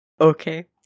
Okay